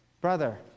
Brother